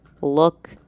Look